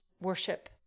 worship